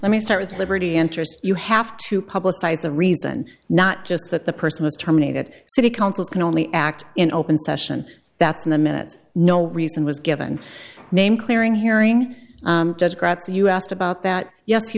let me start with liberty interest you have to publicize a reason not just that the person was terminated city councils can only act in open session that's in the minutes no reason was given name clearing hearing democrats you asked about that yes he